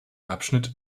abschnitt